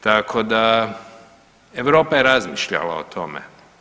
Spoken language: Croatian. Tako da Europa je razmišljala o tome.